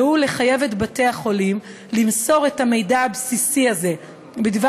והוא לחייב את בתי-החולים למסור את המידע הבסיסי הזה בדבר